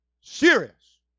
serious